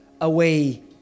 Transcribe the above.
Away